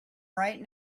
right